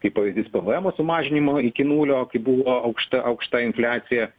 kaip pavyzdys pvemo sumažinimo iki nulio kai buvo aukšta aukšta infliacija